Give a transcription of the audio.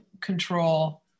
control